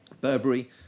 burberry